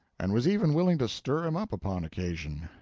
and was even willing to stir him up upon occasion.